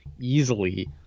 easily